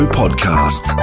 podcast